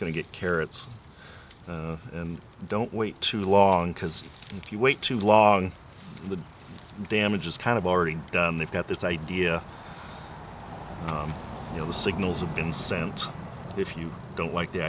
going to get carrots and don't wait too long because if you wait too long the damage is kind of already done they've got this idea you know the signals have been sent if you don't like the